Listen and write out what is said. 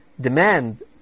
demand